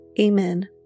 Amen